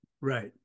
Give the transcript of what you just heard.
Right